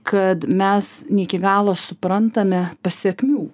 kad mes ne iki galo suprantame pasekmių